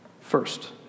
First